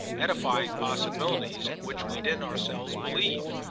edifying possibilities in which we didn't ourselves believe.